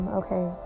okay